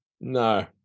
No